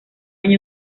año